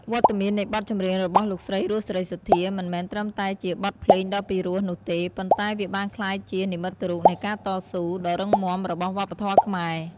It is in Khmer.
វត្តមាននៃបទចម្រៀងរបស់លោកស្រី រស់ សេរីសុទ្ធា មិនមែនត្រឹមតែជាបទភ្លេងដ៏ពីរោះនោះទេ ប៉ុន្តែវាបានក្លាយជា និមិត្តរូបនៃការតស៊ូ ដ៏រឹងមាំរបស់វប្បធម៌ខ្មែរ។